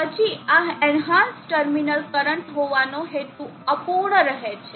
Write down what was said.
પછી આ enhance terminal current હોવાનો હેતુ અપૂર્ણ રહે છે